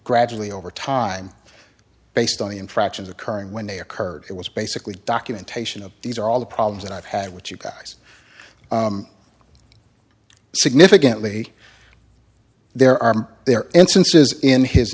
gradually over time based on the infractions occurring when they occurred it was basically documentation of these are all the problems that i've had with you guys significantly there are there instances in his